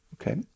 Okay